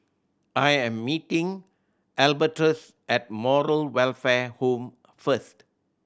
I am meeting Albertus at Moral Welfare Home first